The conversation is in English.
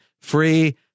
free